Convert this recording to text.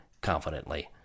confidently